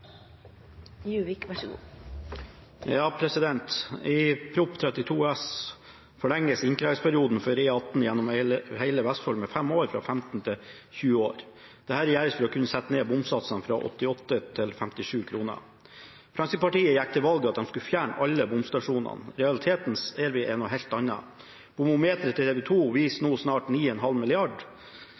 I Prop. 32 S forlenges innkrevingsperioden for E18 gjennom hele Vestfold med fem år, fra 15 til 20 år. Dette gjøres for å kunne sette ned bomsatsene fra 88 kr til 57 kr. Fremskrittspartiet gikk til valg på at de skulle fjerne alle bomstasjonene. Realiteten er en helt annen. Bomometeret til TV 2 viser nå snart 9,5